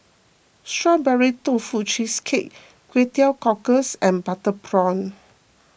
Strawberry Tofu Cheesecake Kway Teow Cockles and Butter Prawn